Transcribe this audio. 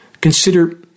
Consider